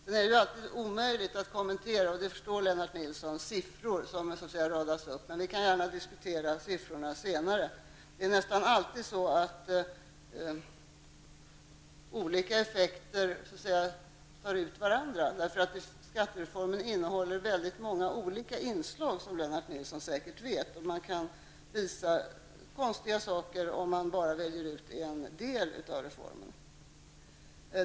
Lennart Nilsson förstår att det är omöjligt att kommentera siffror som radas upp, men vi kan gärna diskutera dem senare. Det är nästan alltid så att olika effekter tar ut varandra. Som Lennart Nilsson säkert vet omfattar skattereformen många olika inslag. Man kan visa upp konstiga saker om man bara väljer ut en del av det som reformen innebär.